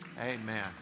amen